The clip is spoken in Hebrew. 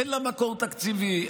אין לה מקור תקציבי,